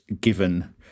given